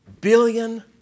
billion